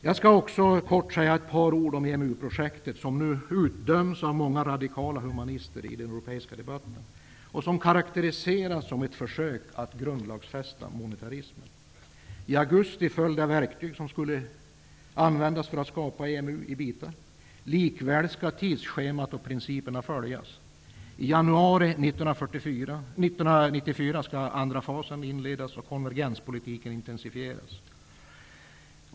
Jag skall också säga ett par ord om EMU-projektet, som nu utdöms av många radikala humanister i den europeiska debatten och som karakteriseras som ett försök att grundlagsfästa monetarismen. I augusti föll det verktyg i bitar som skulle användas för att skapa EMU. Likväl skall tidsschemat och principerna följas. I januari 1994 skall den andra fasen inledas och konvergenspolitiken intensifieras.